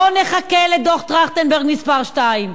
לא נחכה לדוח-טרכטנברג מס' 2,